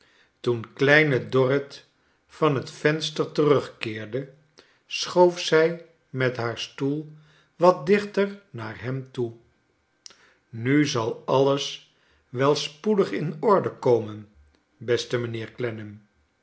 toen kleine dorrit van het venster terugkeerde schoof zij met haar stoel wat dichter naar hem toe nu zal alles wei spoedig in orde komen beste mijnheer